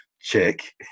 check